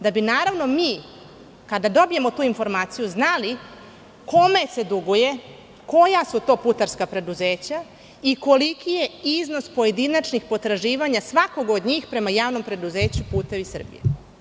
Da bi naravno mi, kada dobijemo tu informaciju znali kome se duguje, koja su to putarska preduzeća i koliki je iznos pojedinačnih potraživanja svakog od njih prema JP "Putevi Srbije"